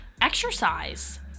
exercise